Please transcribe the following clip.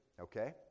okay